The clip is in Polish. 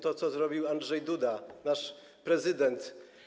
To, co zrobił Andrzej Duda, nasz prezydent.